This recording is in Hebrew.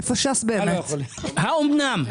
האמנם?